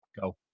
Go